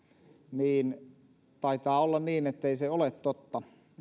niin taitaa olla niin ettei se ole totta